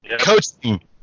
Coaching